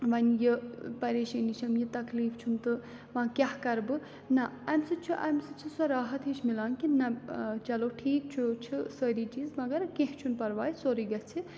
وۄنۍ یہِ پریشٲنی چھم یہِ تکلیٖف چھُم تہٕ وَنۍ کیٛاہ کَرٕ بہٕ نہ امہِ سۭتۍ چھُ امہِ سۭتۍ چھُ سۄ راحت ہِش مِلان کہِ نہ چلو ٹھیٖک چھُ چھِ سٲری چیٖز مگر کینٛہہ چھُ نہٕ پَرواے سورُے گژھِ